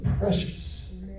precious